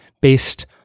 based